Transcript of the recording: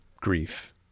grief